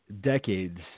decades